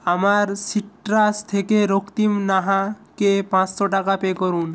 আমার সিট্রাস থেকে রক্তিম নাহাকে পাঁচশো টাকা পে করুন